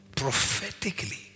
prophetically